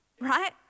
right